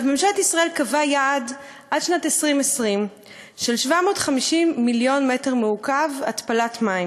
ממשלת ישראל קבעה יעד של 750 מיליון מ"ק התפלת מים